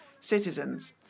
citizens